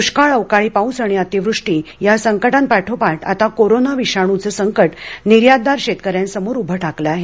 दुष्काळ अवकाळी पाऊस आणि अतिवृष्टी या संकटापाठोपाठ आता कोरोना विषाणूचं संकट निर्यातदार शेतकऱ्यांसमोर उभं ठाकलं आहे